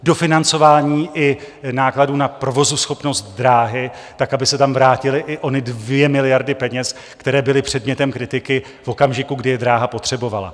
Dofinancování i nákladů na provozuschopnost dráhy tak, aby se tam vrátily i ony 2 miliardy peněz, které byly předmětem kritiky v okamžiku, kdy je dráha potřebovala.